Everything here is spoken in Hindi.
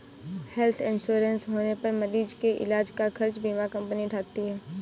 हेल्थ इंश्योरेंस होने पर मरीज के इलाज का खर्च बीमा कंपनी उठाती है